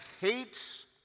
hates